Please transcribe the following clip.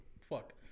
fuck